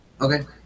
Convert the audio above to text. Okay